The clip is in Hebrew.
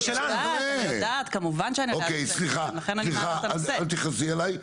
סליחה, אל תכעסי עליי.